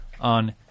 on